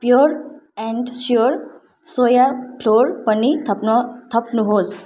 pure and sure soya flour पनि थप्न थप्नुहोस्